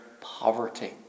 poverty